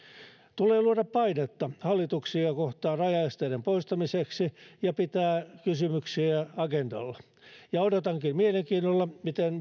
tulee luoda painetta hallituksia kohtaan rajaesteiden poistamiseksi ja pitää kysymyksiä agendalla ja odotankin mielenkiinnolla miten